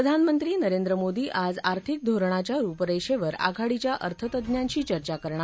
प्रधानमंत्री नरेंद्र मोदी आज आर्थिक धोरणाच्या रुपरेषेवर आघाडीच्या अर्थतज्ञांशी चर्चा करणार